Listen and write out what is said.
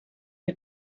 who